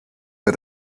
bei